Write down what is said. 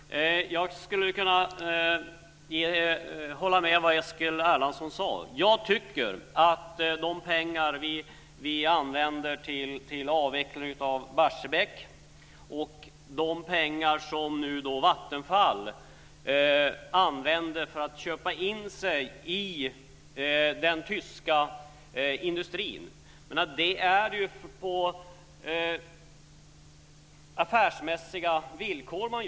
Fru talman! Jag skulle kunna hålla med om det Eskil Erlandsson sade. När vi använder pengar till avveckling av Barsebäck och när Vattenfall köper in sig i den tyska industrin sker det ju på affärsmässiga villkor.